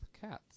cats